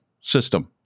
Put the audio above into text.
system